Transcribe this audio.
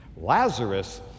Lazarus